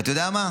ואתה יודע מה,